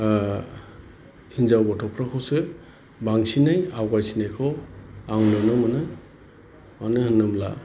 हिनजाव गथ' फोरखौसो बांसिनै आवगाय सिननायखौ आं नुनो मोनो मानो होनब्ला